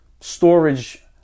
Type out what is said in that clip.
storage